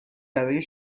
برای